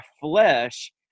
flesh